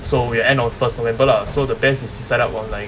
so we end of first november lah so the best is to set up online